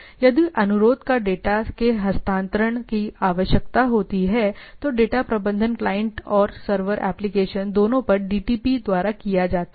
यदि अनुरोध को डेटा के हस्तांतरण की आवश्यकता होती है तो डेटा प्रबंधन क्लाइंट और सर्वर एप्लिकेशन दोनों पर डीटीपी द्वारा किया जाता है